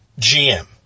GM